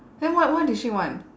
then what what did she want